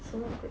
什么鬼